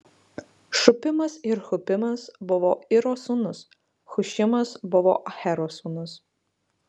šupimas ir hupimas buvo iro sūnūs hušimas buvo ahero sūnus